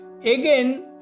Again